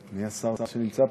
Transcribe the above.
מי השר שנמצא פה?